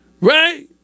Right